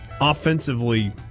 offensively